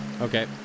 Okay